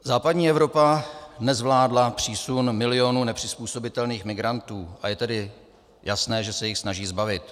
Západní Evropa nezvládla přísun milionů nepřizpůsobitelných migrantů, a je tedy jasné, že se jich snaží zbavit.